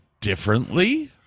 differently